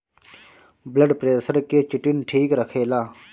blood pressure के चिटिन ठीक रखेला